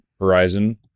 Horizon